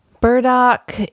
Burdock